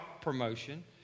promotion